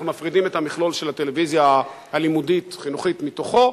אנחנו מפרידים את המכלול של הטלוויזיה הלימודית-חינוכית מתוכו,